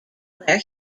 where